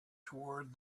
toward